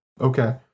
okay